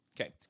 Okay